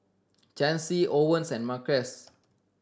Chancy Owens and Marquez